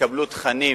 יקבלו תכנים